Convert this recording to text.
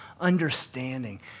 understanding